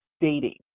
dating